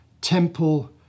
temple